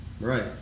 Right